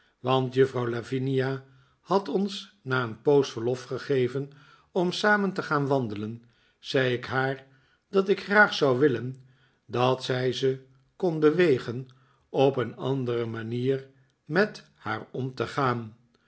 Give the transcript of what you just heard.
ze kon bewegen op een andere manier met haar om te gaan